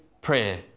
prayer